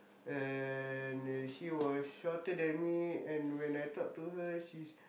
and she was shorter than me and when I talk to her she's